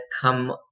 come